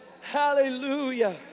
hallelujah